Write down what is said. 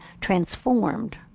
transformed